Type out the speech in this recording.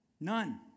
None